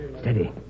Steady